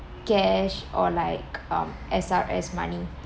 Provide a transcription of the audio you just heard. cash or like um S_R_S money